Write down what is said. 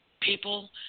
people